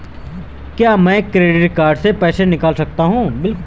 क्या मैं credit card से पैसे निकाल सकता हूँ?